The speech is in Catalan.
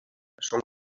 són